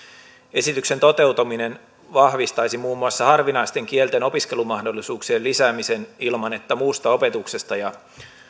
esityksen toteutuminen vahvistaisi muun muassa harvinaisten kielten opiskelumahdollisuuksien lisäämisen ilman että muusta opetuksesta ja